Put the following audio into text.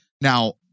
Now